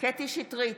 קטי קטרין שטרית,